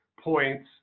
points